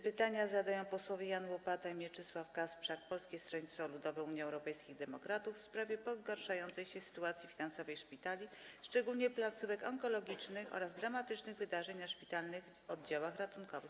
Pytanie zadają posłowie Jan Łopata i Mieczysław Kasprzak, Polskie Stronnictwo Ludowe - Unia Europejskich Demokratów, w sprawie pogarszającej się sytuacji finansowej szpitali, szczególnie placówek onkologicznych, oraz dramatycznych wydarzeń na szpitalnych oddziałach ratunkowych.